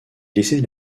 laisser